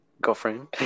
Girlfriend